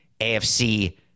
AFC